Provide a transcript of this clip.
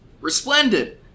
resplendent